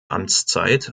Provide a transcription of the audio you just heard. amtszeit